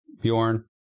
Bjorn